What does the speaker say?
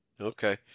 Okay